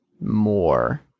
more